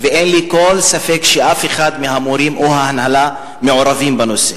ואין לי כל ספק שאף אחד מהמורים או מההנהלה אינו מעורב בנושא.